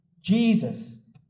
Jesus